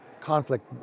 conflict